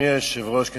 אדוני היושב-ראש,